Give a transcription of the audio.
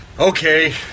Okay